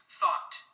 thought